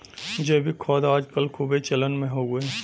जैविक खाद आज कल खूबे चलन मे हउवे